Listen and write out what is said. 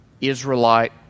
Israelite